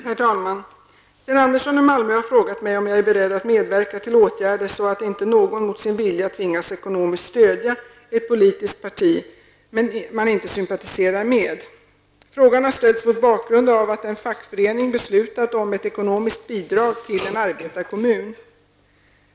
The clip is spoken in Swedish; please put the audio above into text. Herr talman! Sten Andersson i Malmö har frågat mig om jag är beredd att medverka till åtgärder så att inte någon mot sin vilja tvingas ekonomiskt stödja ett politiskt parti man inte sympatiserar med. Frågan har ställts mot bakgrund av att en fackförening beslutat om ett ekonomiskt bidrag till en arbetarkommun.